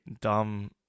dumb